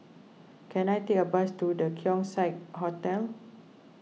can I take a bus to the Keong Saik Hotel